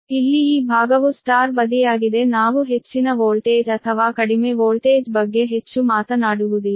ಇಲ್ಲಿ ಈ ಭಾಗವು Y ಬದಿಯಾಗಿದೆ ನಾವು ಹೆಚ್ಚಿನ ವೋಲ್ಟೇಜ್ ಅಥವಾ ಕಡಿಮೆ ವೋಲ್ಟೇಜ್ ಬಗ್ಗೆ ಹೆಚ್ಚು ಮಾತನಾಡುವುದಿಲ್ಲ